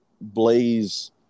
blaze